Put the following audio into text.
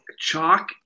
Chalk